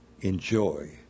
Enjoy